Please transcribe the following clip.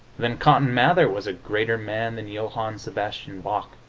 then cotton mather was a greater man than johann sebastian bach.